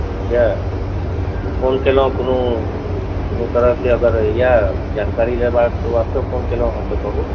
ठीक यए तऽ फोन केलहुँ कोनो कोनो तरहके अगर यए जानकारी लेबाक वास्ते फोन केलहुँ हेँ तऽ कहू